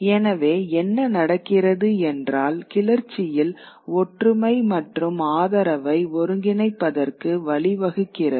எனவே என்ன நடக்கிறது என்றால் கிளர்ச்சியில் ஒற்றுமை மற்றும் ஆதரவை ஒருங்கிணைப்பதற்கு வழிவகுக்கிறது